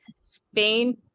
Spain